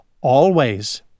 Always